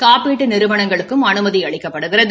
காப்பீட்டு நிறுவனங்களுக்கும் அனுமதி அளிக்கப்படுகிறது